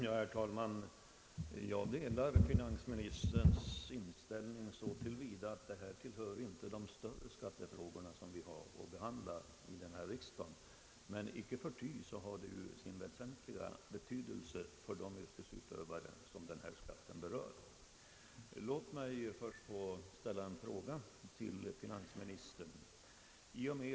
Herr talman! Jag delar finansministerns uppfattning att detta inte tillhör de större skattefrågor som vi har att behandla vid denna riksdag, men icke förty har frågan en väsentlig betydelse för de yrkesutövare som denna skatt berör. Låt mig först få ställa en fråga till finansministern.